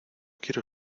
quiero